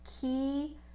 key